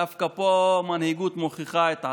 דווקא פה מנהיגות מוכיחה את עצמה,